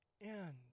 end